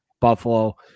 Buffalo